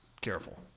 careful